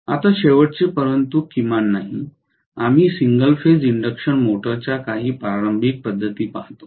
आता शेवटचे परंतु किमान नाही आम्ही सिंगल फेज इंडक्शन मोटर्सच्या काही प्रारंभिक पद्धती पाहतो